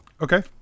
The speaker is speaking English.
Okay